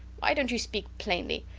why dont you speak plainly?